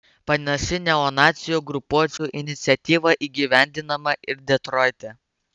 panaši neonacių grupuočių iniciatyva įgyvendinama ir detroite